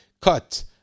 cut